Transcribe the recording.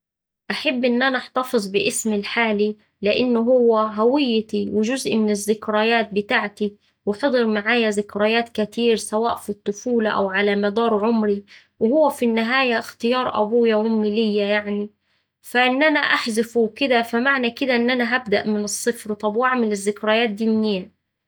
أحب إن أنا أحتفظ باسمي الحالي لإن هوه هويتي وجزء من الذكريات بتاعتي وحضر معايا زكريات كتير سواء في الطفولة أو على مدار عمري وهو في النهاية اختيار أبويا وأمي ليا يعني، قإن أنا أحذفه أو كدا فمعنى كدا إن أنا هبدأ من الصفر، طب وأعمل الذكريات دية منين.